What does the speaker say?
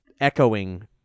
echoing